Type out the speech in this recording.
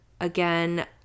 again